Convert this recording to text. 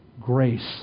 grace